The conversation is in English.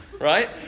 right